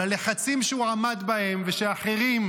על הלחצים שהוא עמד בהם ושהאחרים